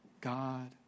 God